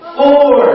four